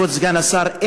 כבוד סגן השר,